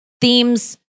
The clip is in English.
themes